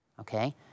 Okay